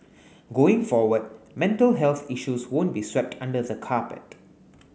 going forward mental health issues won't be swept under the carpet